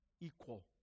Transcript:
equal